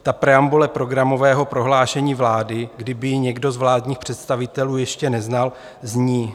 Ta preambule programového prohlášení vlády, kdyby ji někdo z vládních představitelů ještě neznal, zní.